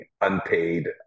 unpaid